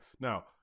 now